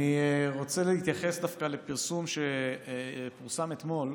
אני רוצה להתייחס דווקא לפרסום שפורסם אתמול,